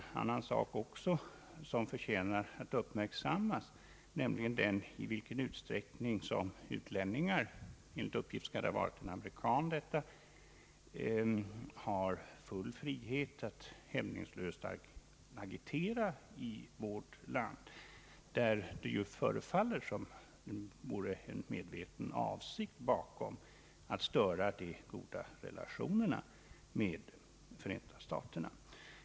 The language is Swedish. En annan sak, som också förtjänar att uppmärksammas, är frågan i vilken utsträckning utlänningar — enligt uppgift skulle det i detta fall gälla en amerikan — har full frihet att hämningslöst agitera i vårt land. Det förefaller nämligen som om bakom detta låge en medveten avsikt att störa de goda relationerna med Förenta staterna.